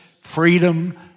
freedom